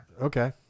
Okay